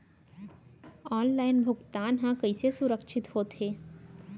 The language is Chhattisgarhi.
ऑनलाइन भुगतान हा कइसे सुरक्षित होथे?